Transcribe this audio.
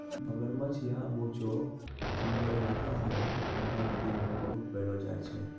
मगरमच्छ या बोचो हमरो इलाका मॅ गंगा नदी मॅ बहुत पैलो जाय छै